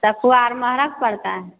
सखुआ आर महगा परता है